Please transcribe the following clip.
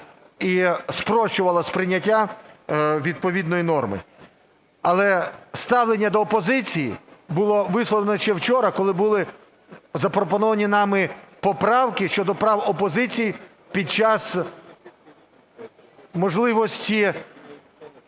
і спрощувала сприйняття відповідної норми. Але ставлення до опозиції було висловлено ще вчора, коли були запропоновані нами поправки щодо прав опозиції під час можливості